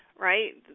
right